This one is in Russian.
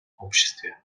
обществе